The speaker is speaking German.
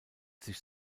sich